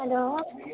hello